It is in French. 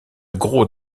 gros